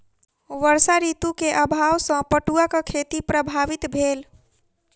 वर्षा ऋतू के अभाव सॅ पटुआक खेती प्रभावित भेल